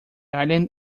island